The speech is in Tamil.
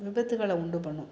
விபத்துகளை உண்டு பண்ணும்